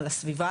על הסביבה,